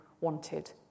wanted